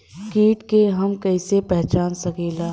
कीट के हम कईसे पहचान सकीला